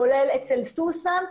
כולל אצל סוסן,